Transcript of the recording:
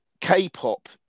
k-pop